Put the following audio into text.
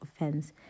offense